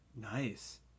Nice